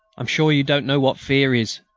i'm sure you don't know what fear is!